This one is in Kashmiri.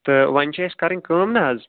تہٕ وۄنۍ چھِ أسۍ کَرٕنۍ کٲم نا حظ